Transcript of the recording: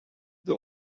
the